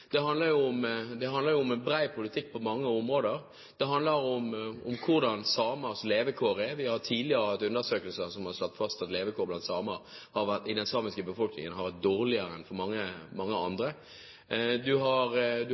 Det handler om bred politikk på mange områder. Det handler om hvordan samenes levekår er. Vi har tidligere hatt undersøkelser som har slått fast at levekårene i den samiske befolkningen er dårligere enn for mange andre. Man har